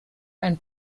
ein